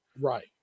Right